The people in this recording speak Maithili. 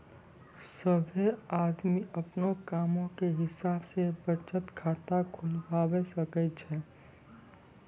सभ्भे आदमी अपनो कामो के हिसाब से बचत खाता खुलबाबै सकै छै